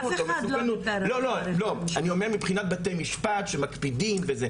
אני אומר מבחינת בתי-משפט שמקפידים.